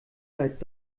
seit